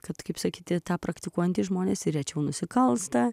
kad kaip sakyti tą praktikuojantys žmonės rečiau nusikalsta